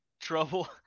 trouble